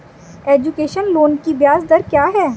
Education loan की ब्याज दर क्या है?